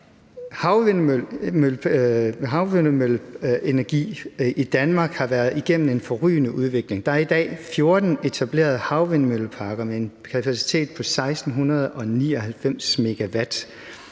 Havvindmølleenergi i Danmark har været igennem en forrygende udvikling. Der er i dag 14 etablerede havvindmølleparker med en kapacitet på 1.699 MW.